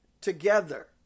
together